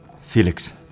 Felix